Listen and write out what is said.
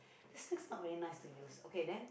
these things not very nice to use okay then